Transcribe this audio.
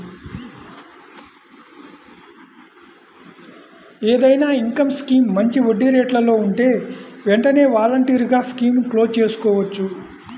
ఏదైనా income scheme మంచి వడ్డీరేట్లలో ఉంటే వెంటనే వాలంటరీగా స్కీముని క్లోజ్ చేసుకోవచ్చు